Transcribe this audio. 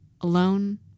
alone